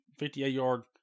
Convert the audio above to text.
58-yard